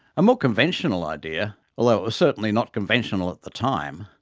a more conventional idea, although it was certainly not conventional at the time,